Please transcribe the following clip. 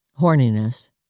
Horniness